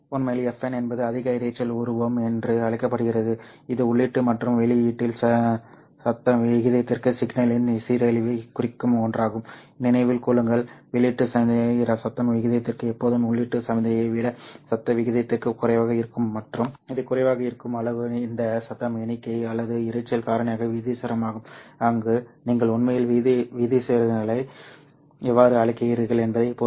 உண்மையில் Fn என்பது அதிக இரைச்சல் உருவம் என்று அழைக்கப்படுகிறது இது உள்ளீடு மற்றும் வெளியீட்டில் சத்தம் விகிதத்திற்கு சிக்னலின் சீரழிவைக் குறிக்கும் ஒன்றாகும் நினைவில் கொள்ளுங்கள் வெளியீட்டு சமிக்ஞை சத்தம் விகிதத்திற்கு எப்போதும் உள்ளீட்டு சமிக்ஞையை விட சத்த விகிதத்திற்கு குறைவாக இருக்கும் மற்றும் இது குறைவாக இருக்கும் அளவு இந்த சத்தம் எண்ணிக்கை அல்லது இரைச்சல் காரணிக்கு விகிதாசாரமாகும் அங்கு நீங்கள் உண்மையில் விகிதங்களை எவ்வாறு அழைக்கிறீர்கள் என்பதைப் பொறுத்து